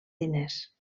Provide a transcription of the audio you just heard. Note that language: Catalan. diners